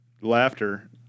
Laughter